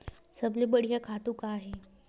सबले बढ़िया खातु का हे?